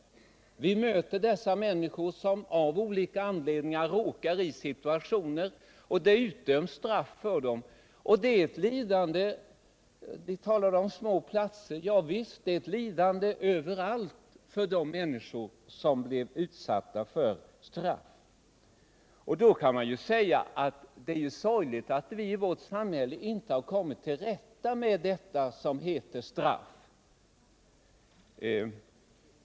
Det är ett lidande för alla människor som av olika anledningar råkar in i en situation som gör att de ådöms ett straff. Det har talats om förhållandena på små orter. Var än en människa bor innebär det ett lidande att bli utsatt för ett straff. Man kan säga att det är sorgligt att vi i vårt samhälle inte har kommit till rätta med detta som heter straff.